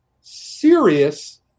serious